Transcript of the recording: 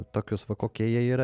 tokius va kokie jie yra